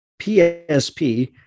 PSP